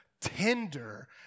Tender